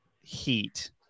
heat